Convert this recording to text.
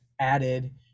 added